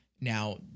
now